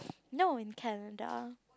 no in Canada